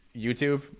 YouTube